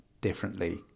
differently